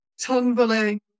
tumbling